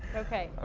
ok